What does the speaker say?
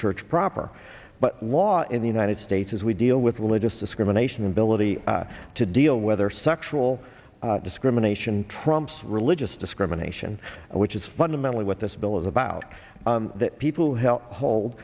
church proper but law in the united states as we deal with religious discrimination ability to deal whether sexual discrimination trumps religious discrimination which is mentally what this bill is about that people help hold